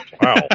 Wow